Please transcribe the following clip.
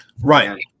right